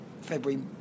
February